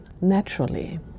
naturally